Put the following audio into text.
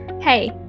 Hey